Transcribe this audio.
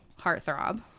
Heartthrob